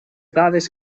dades